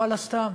ואללה, סתם.